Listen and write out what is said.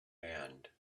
hand